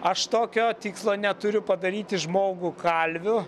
aš tokio tikslo neturiu padaryti žmogų kalviu